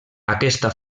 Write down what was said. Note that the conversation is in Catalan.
aquesta